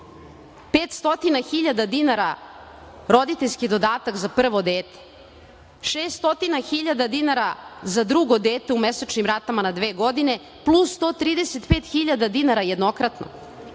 hiljada dinara roditeljski dodatak za prvo dete, 600 hiljada dinara za drugo dete u mesečnim ratama na dve godine, plus 130 hiljada dinara jednokratno.